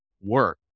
work